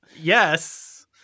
yes